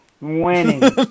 Winning